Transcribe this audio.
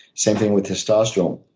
same thing with testosterone.